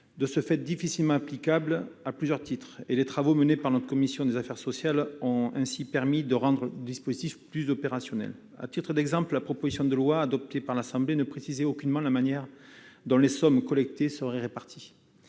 apparaît difficilement applicable, à plusieurs titres, mais les travaux menés par notre commission des affaires sociales ont permis de le rendre plus opérationnel. À titre d'exemple, la proposition de loi adoptée par l'Assemblée nationale ne précisait aucunement la manière dont les sommes collectées seraient réparties.